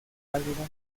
pálida